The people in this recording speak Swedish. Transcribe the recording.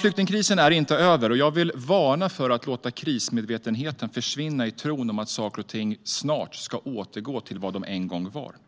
Flyktingkrisen är inte över, och jag vill varna för att låta krismedvetenheten försvinna i tron att saker och ting snart ska återgå till vad de en gång var. I år väntas